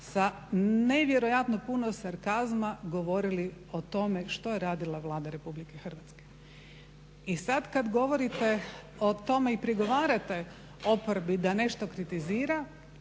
sa nevjerojatno puno sarkazma govorili o tome što je radila Vlada Republike Hrvatske. I sad kad govorite o tome i prigovarate oporbi da nešto kritizira